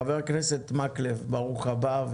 חבר הכנסת מקלב, ברוך הבא.